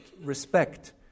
respect